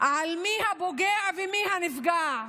על מי שפוגע ומי שנפגע,